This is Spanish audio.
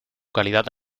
calidad